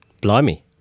blimey